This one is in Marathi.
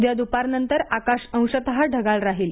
उद्या दुपार नंतर आकाश अंशत ढगाळ राहील